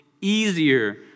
easier